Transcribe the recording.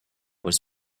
was